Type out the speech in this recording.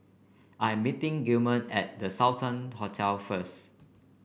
I'm meeting Gilman at The Sultan Hotel first